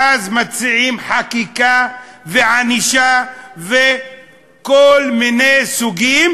ואז מציעים חקיקה וענישה מכל מיני סוגים,